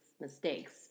mistakes